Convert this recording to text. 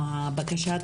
או בקשת